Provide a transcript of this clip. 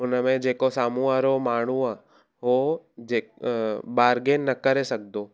उन में जेको साम्हूं वारो माण्हू आहे उहो जे बार्गेन न करे सघंदो